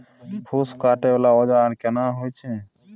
फूस काटय वाला औजार केना होय छै?